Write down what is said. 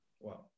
Wow